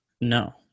No